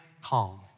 calm